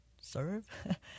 serve